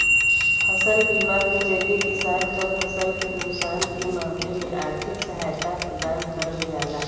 फसल बीमा के जरिये किसान क फसल के नुकसान के मामले में आर्थिक सहायता प्रदान करल जाला